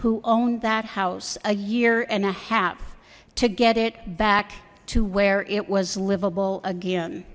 who owned that house a year and a half to get it back to where it was livable again